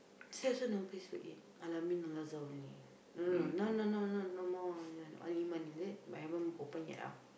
this one also no place to eat Al-Amin Al-Azhar only no no no now no more Al-Iman is it but haven't open yet ah